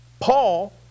Paul